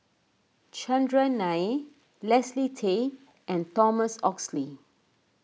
Chandran Nair Leslie Tay and Thomas Oxley